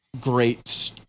great